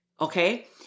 Okay